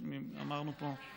כמו שאמרנו פה.